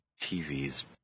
TV's